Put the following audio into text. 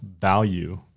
value